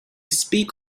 speak